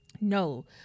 no